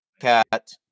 cat